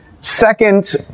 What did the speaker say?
second